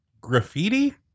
graffiti